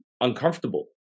uncomfortable